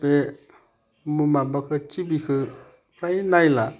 बे माबाखौ टिभिखौ फ्राय नायला